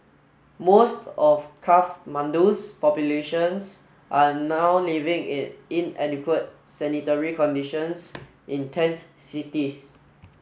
most of Kathmandu's populations are now living in inadequate sanitary conditions in tent cities